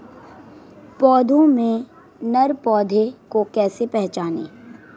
पौधों में नर पौधे को कैसे पहचानें?